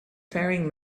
faring